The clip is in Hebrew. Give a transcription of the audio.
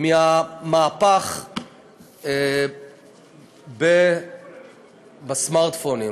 מהמהפך של הסמארטפונים.